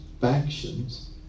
factions